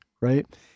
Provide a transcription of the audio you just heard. right